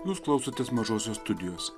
jūs klausotės mažosios studijos